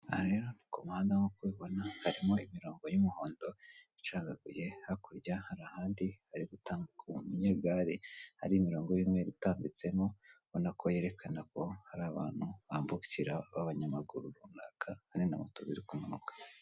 Aha rero ku muhanda nkuko ubibona harimo imirongo y'umuhondo icagaguye, hakurya hari ahandi hari gutambuka umunyegare, hari imirongo imwe itambitsemo ubona ko yerekana ko hari abantu bambukira b'abanyamaguru runaka hamwe na moto biri kumanuka.